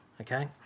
Okay